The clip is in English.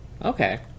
Okay